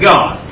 God